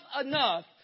enough